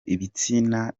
ibitsina